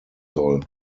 soll